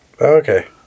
Okay